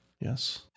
Yes